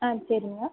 சரிங்க